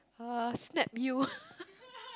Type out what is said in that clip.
uh snap you